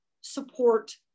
support